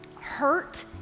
hurt